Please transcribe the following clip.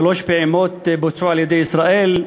שלוש פעימות בוצעו על-ידי ישראל,